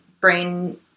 brain